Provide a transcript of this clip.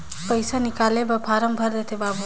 पइसा निकाले बर फारम भर देते बाबु?